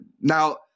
Now